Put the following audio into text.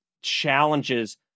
challenges